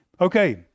Okay